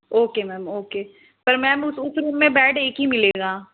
okay ma'am okay पर ma'am उस उस रूम में बेड एक ही मिलेगा